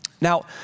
Now